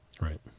Right